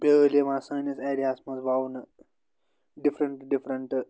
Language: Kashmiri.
بیٛٲلۍ یِوان سٲنِس ایریا ہَس منٛز وَونہٕ ڈِفریٚنٛٹ ڈِفریٚنٛٹ